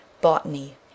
Botany